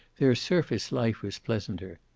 their surface life was pleasanter.